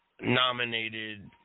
nominated